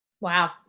Wow